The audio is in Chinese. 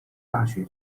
大学